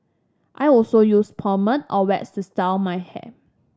I also use pomade or wax to style my hair